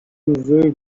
روزایی